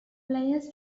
players